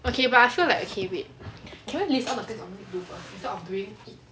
okay but I feel like okay wait can we list all the things we need to do first instead of doing it